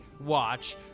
Watch